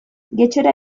getxora